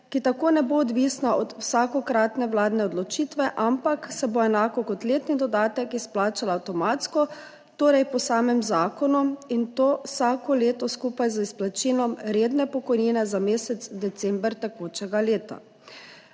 ki tako ne bo odvisna od vsakokratne vladne odločitve, ampak se bo enako kot letni dodatek izplačala avtomatsko, torej po samem zakonu, in to vsako leto skupaj z izplačilom redne pokojnine za mesec december tekočega leta.